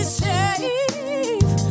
safe